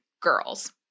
girls